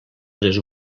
les